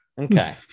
Okay